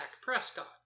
Prescott